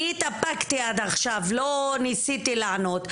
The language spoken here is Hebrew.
אני התאפקתי עד עכשיו, לא ניסיתי לענות.